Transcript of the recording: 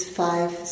five